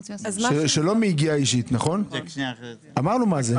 שלא מיגיעה אישית, אמרנו מה זה.